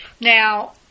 Now